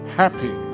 happy